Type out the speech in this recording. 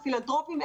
הפילנטרופיים,